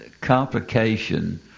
complication